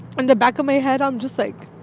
and back of my head, i'm just like,